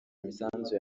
imisanzu